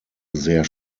sehr